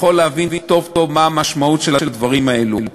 יכול להבין טוב-טוב מה המשמעות של הדברים האלו.